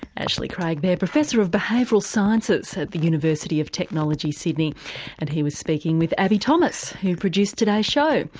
ashley craig there, professor of behavioural sciences at the university of technology, sydney and he was speaking with abbie thomas who produced today's show.